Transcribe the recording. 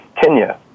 Kenya